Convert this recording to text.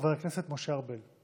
חבר הכנסת משה ארבל.